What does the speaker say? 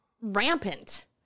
rampant